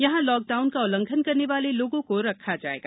यहां लॉकडाउन का उल्लंघन करने वाले लोगों को रखा जायेगा